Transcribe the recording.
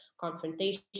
confrontation